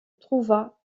trouva